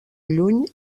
lluny